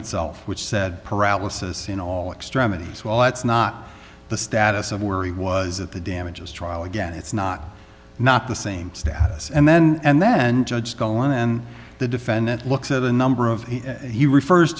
itself which said paralysis in all extremities while that's not the status of where he was at the damages trial again it's not not the same status and then and then judge go on and the defendant looks the number of he refers